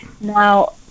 now